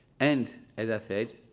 and as i said,